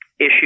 issue